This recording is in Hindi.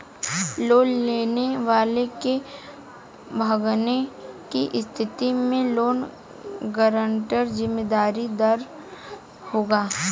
लोन लेने वाले के भागने की स्थिति में लोन गारंटर जिम्मेदार होगा